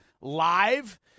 live